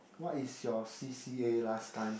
what is your C_C_A last time